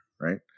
right